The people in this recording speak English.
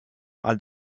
are